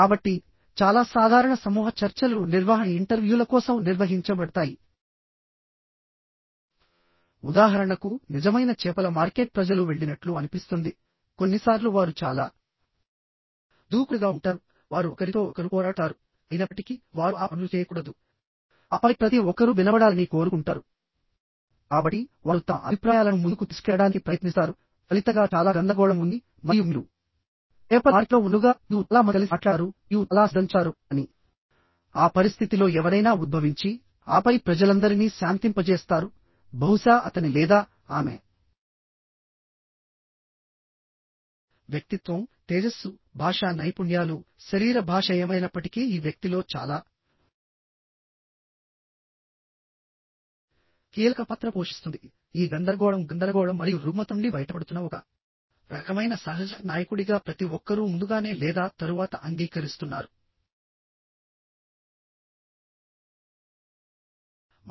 కాబట్టిచాలా సాధారణ సమూహ చర్చలు నిర్వహణ ఇంటర్వ్యూల కోసం నిర్వహించబడతాయిఉదాహరణకు నిజమైన చేపల మార్కెట్ ప్రజలు వెళ్ళినట్లు అనిపిస్తుందికొన్నిసార్లు వారు చాలా దూకుడుగా ఉంటారువారు ఒకరితో ఒకరు పోరాడుతారుఅయినప్పటికీ వారు ఆ పనులు చేయకూడదు ఆపై ప్రతి ఒక్కరూ వినబడాలని కోరుకుంటారు కాబట్టి వారు తమ అభిప్రాయాలను ముందుకు తీసుకెళ్లడానికి ప్రయత్నిస్తారు ఫలితంగా చాలా గందరగోళం ఉంది మరియు మీరు చేపల మార్కెట్లో ఉన్నట్లుగా మరియు చాలా మంది కలిసి మాట్లాడతారు మరియు చాలా శబ్దం చేస్తారు కానీ ఆ పరిస్థితిలో ఎవరైనా ఉద్భవించి ఆపై ప్రజలందరినీ శాంతింపజేస్తారు బహుశా అతని లేదా ఆమె వ్యక్తిత్వం తేజస్సు భాషా నైపుణ్యాలు శరీర భాష ఏమైనప్పటికీ ఈ వ్యక్తిలో చాలా కీలక పాత్ర పోషిస్తుంది ఈ గందరగోళం గందరగోళం మరియు రుగ్మత నుండి బయటపడుతున్న ఒక రకమైన సహజ నాయకుడిగా ప్రతి ఒక్కరూ ముందుగానే లేదా తరువాత అంగీకరిస్తున్నారు